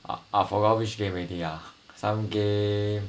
I I forgot which game already ah some game